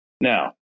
now